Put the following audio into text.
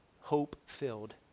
hope-filled